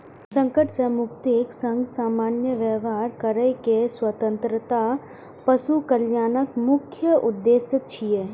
संकट सं मुक्तिक संग सामान्य व्यवहार करै के स्वतंत्रता पशु कल्याणक मुख्य उद्देश्य छियै